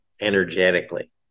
energetically